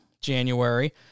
January